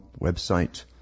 website